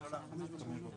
פנייה מספר 129,